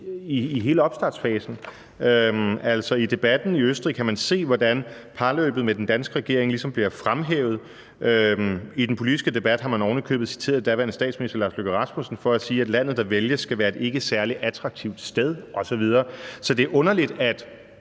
i hele opstartsfasen. I debatten i Østrig kan man se, hvordan parløbet med den danske regering ligesom bliver fremhævet, og man har oven i købet i den politiske debat citeret daværende statsminister Lars Løkke Rasmussen for at sige, at landet, der vælges, skal være et ikke særlig attraktivt sted osv. Så det er underligt, at